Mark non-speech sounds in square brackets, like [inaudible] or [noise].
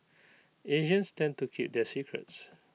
[noise] Asians tend to keep their secrets